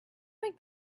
think